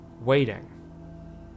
waiting